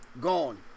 Gone